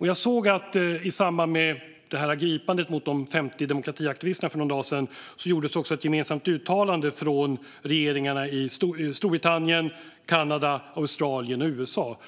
Jag såg i samband med gripandet av de 50 demokratiaktivisterna för någon dag sedan att det gjordes ett gemensamt uttalande från regeringarna i Storbritannien, Kanada, Australien och USA.